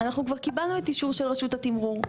כבר קיבלנו את האישור של רשות התמרור.